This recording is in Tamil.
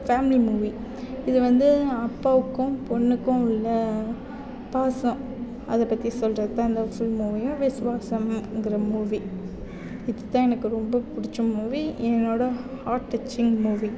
ஃபேமிலி மூவி இது வந்து அப்பாவுக்கும் பொண்ணுக்கும் உள்ள பாசம் அதை பற்றி சொல்வது தான் இந்த ஃபுல் மூவியும் விசுவாசம்ங்கிற மூவி இதுதான் எனக்கு ரொம்ப பிடிச்ச மூவி என்னோட ஹார்ட் டச்சிங் மூவி